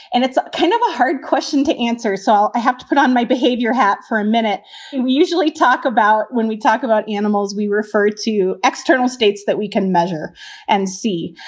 and it's kind of a hard question to answer. so i'll have to put on my behavior hat for a minute we usually talk about when we talk about animals, we refer to external states that we can measure and see.